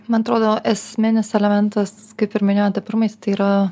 man atrodo esminis elementas kaip ir minėjote pirmais tai yra